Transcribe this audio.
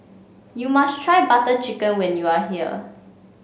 you must try Butter Chicken when you are here